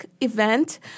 event